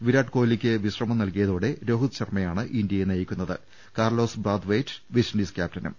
വിരാട്കോലിക്ക് വിശ്രമം നൽകിയതോടെ രോഹിത് ശർമയാണ് ഇന്ത്യയെ നയിക്കുന്നത് കാർലോസ് ബ്രാത്ത്വൈറ്റ് വെസ്റ്റിൻഡീസ് ക്യാപ്റ്റനും